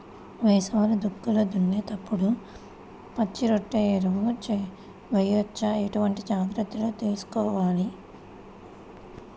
వేసవి దుక్కులు దున్నేప్పుడు పచ్చిరొట్ట ఎరువు వేయవచ్చా? ఎటువంటి జాగ్రత్తలు తీసుకోవాలి?